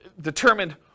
determined